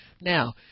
Now